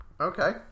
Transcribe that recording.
Okay